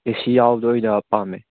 ꯑꯦ C ꯌꯥꯎꯕꯗ ꯑꯣꯏꯅ ꯄꯥꯝꯃꯦ